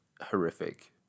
horrific